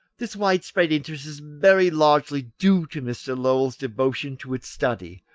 this wide-spread interest is very largely due to mr. lowell's devotion to its study,